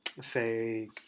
Say